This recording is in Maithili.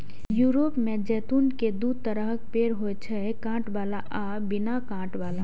यूरोप मे जैतून के दू तरहक पेड़ होइ छै, कांट बला आ बिना कांट बला